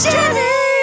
Jenny